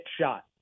shot